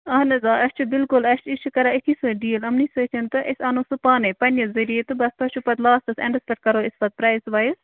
اہن حظ آ اَسہِ چھُ بِلکُل اَسہِ أسۍ چھِ کَران أتھی سۭتۍ ڈیٖل یِمنٕے سۭتۍ تہٕ أسۍ اَنو سُہ پانَے پنٛنہِ ذٔریعہٕ تہٕ بَس تۄہہِ چھُ پتہٕ لاسٹَس اٮ۪نٛڈَس پٮ۪ٹھ کَرو أسۍ پتہٕ پرٛایِز وایِز